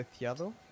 Preciado